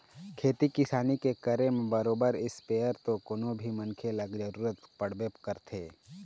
खेती किसानी के करे म बरोबर इस्पेयर तो कोनो भी मनखे ल जरुरत पड़बे करथे